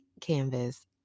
Canvas